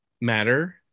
matter